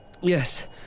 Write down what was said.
Yes